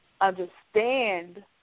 understand